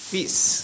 Peace